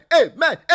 Amen